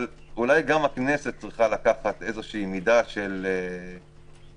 אבל אולי גם הכנסת צריכה לקחת מידה של אחריות